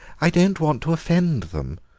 i don't want to offend them.